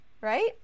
right